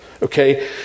Okay